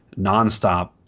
nonstop